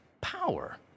power